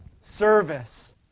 service